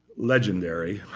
legendary.